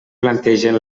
plantegen